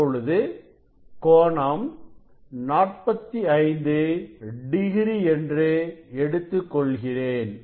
இப்பொழுது கோணம் 45 டிகிரி என்று எடுத்துக் கொள்கிறேன்